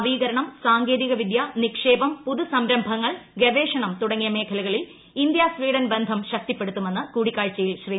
നവീകരണം സാങ്കേതികവിദ്യ നിക്ഷേപം പുതു സംരംഭങ്ങൾ ഗവേഷണം തുടങ്ങിയ മേഖലകളിൽ ഇന്ത്യ സ്വീഡൻ ബന്ധം ശക്തിപ്പെടുത്തുമെന്ന് കൂടിക്കാഴ്ചയിൽ ശ്രീ